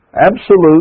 absolute